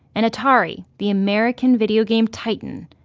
and atari, the american video game titan,